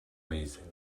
amazing